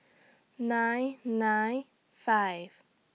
nine nine five